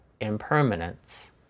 impermanence